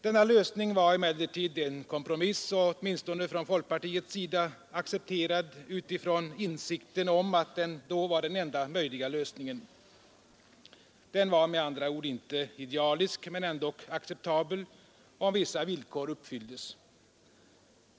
Denna lösning var emellertid en kompromiss och åtminstone från folkpartiets sida accepterad utifrån insikten om att den då var den enda möjliga lösningen. Den var med andra ord inte idealisk men ändock acceptabel om vissa villkor uppfylldes.